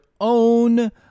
own